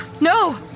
No